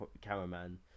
cameraman